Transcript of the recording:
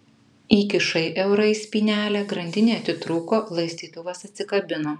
įkišai eurą į spynelę grandinė atitrūko laistytuvas atsikabino